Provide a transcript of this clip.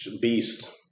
beast